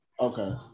Okay